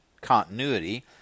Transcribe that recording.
continuity